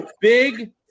big